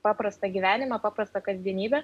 paprastą gyvenimą paprastą kasdienybę